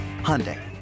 Hyundai